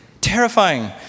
Terrifying